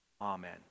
amen